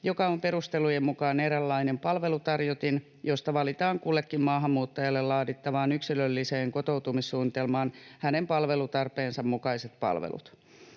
joka on perustelujen mukaan eräänlainen palvelutarjotin, josta valitaan kullekin maahanmuuttajalle laadittavaan yksilölliseen kotoutumissuunnitelmaan hänen palvelutarpeensa mukaiset palvelut.